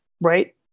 right